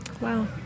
Wow